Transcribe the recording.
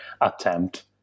attempt